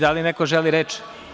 Da li neko želi reč?